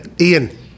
Ian